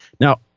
Now